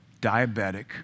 diabetic